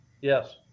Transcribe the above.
Yes